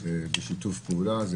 זה בשיתוף פעולה?